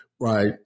Right